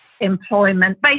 employment